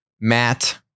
Matt